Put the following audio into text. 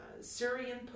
Syrian